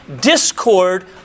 discord